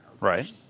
Right